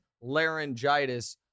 laryngitis